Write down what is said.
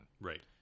Right